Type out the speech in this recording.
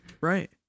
right